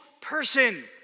person